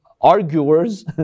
arguers